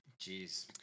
Jeez